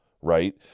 Right